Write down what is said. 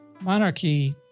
monarchy